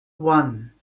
one